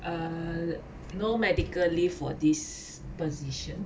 err no medical leave for this position